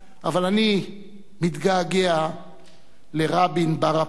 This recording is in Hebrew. אבל אני מתגעגע לרבין בר-הפלוגתא.